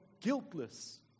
guiltless